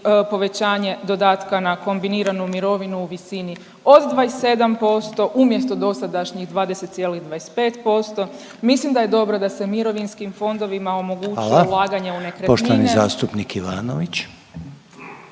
povećanje dodatka na kombiniranu mirovinu u visini od 27% umjesto dosadašnjih 20,25%. Mislim da je dobro da se mirovinskim fondovima omogući …/Upadica Reiner: Hvala./… ulaganje u nekretnine.